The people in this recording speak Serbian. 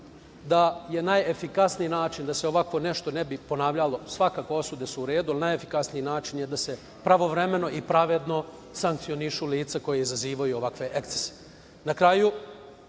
da je najefikasniji način da se ovako nešto ne bi ponavljalo, svakako osude su u redu, ali najefikasniji način da se pravovremeno i pravedno sankcionišu lica koja izazivaju ovakve ekscese. Na